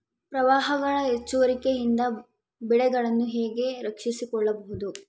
ಪ್ರವಾಹಗಳ ಎಚ್ಚರಿಕೆಯಿಂದ ಬೆಳೆಗಳನ್ನು ಹೇಗೆ ರಕ್ಷಿಸಿಕೊಳ್ಳಬಹುದು?